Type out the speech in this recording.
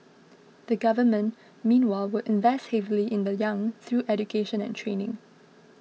the Government meanwhile will invest heavily in the young through education and training